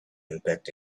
impact